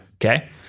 Okay